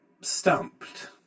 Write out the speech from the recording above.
stumped